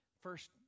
First